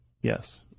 Yes